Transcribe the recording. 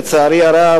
לצערי הרב,